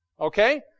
Okay